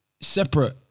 separate